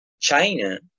China